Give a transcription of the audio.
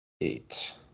Eight